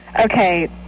Okay